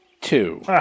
Two